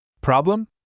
Problem